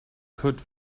could